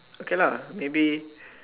okay lah maybe